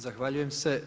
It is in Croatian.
Zahvaljujem se.